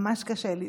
ממש קשה לי.